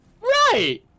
Right